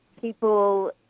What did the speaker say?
people